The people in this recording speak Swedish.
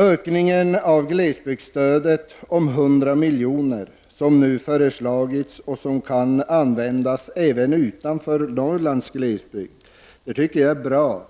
Ökningen av glesbygdsstödet med 100 milj.kr. som nu har föreslagits och som kan användas även utanför Norrlands glesbygd tycker jag är bra.